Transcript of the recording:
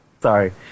Sorry